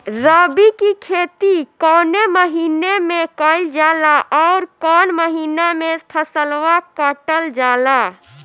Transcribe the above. रबी की खेती कौने महिने में कइल जाला अउर कौन् महीना में फसलवा कटल जाला?